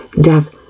death